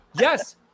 yes